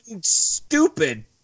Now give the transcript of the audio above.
stupid